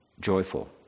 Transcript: joyful